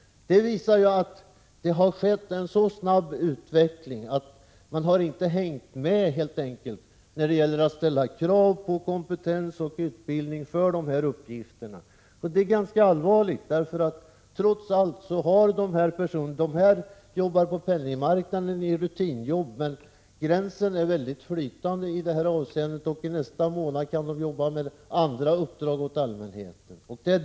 Detta visar att utvecklingen har varit så snabb att man helt enkelt inte har hängt med när det gäller att ställa krav på kompetens och utbildning för uppgifterna, och det är ganska allvarligt. De här personerna arbetar på penningmarknaden med rutinarbeten, men gränsen är flytande och nästa månad kan de arbeta med andra uppdrag åt allmänheten.